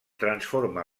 transforma